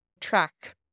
track